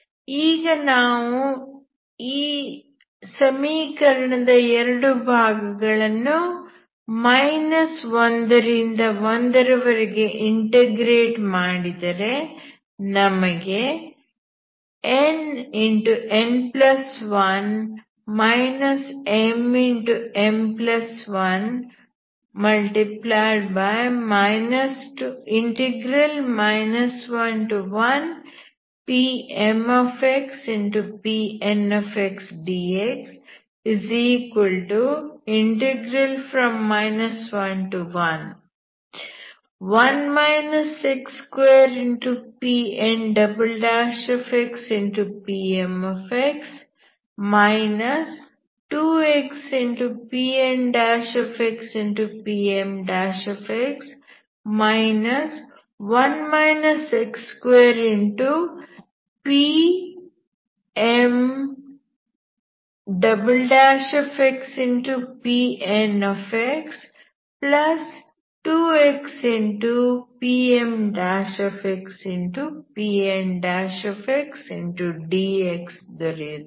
ಈಗ ನಾವು ಸಮೀಕರಣದ 2 ಭಾಗಗಳನ್ನು 1 ರಿಂದ 1 ರ ವರೆಗೆ ಇಂಟಿಗ್ರೇಟ್ ಮಾಡಿದರೆ ನಮಗೆ nn1 mm1 11Pmx Pnx dx 111 x2PnxPmx 2xPnxPmx 1 x2PmxPnx2xPmPn dx ದೊರೆಯುತ್ತದೆ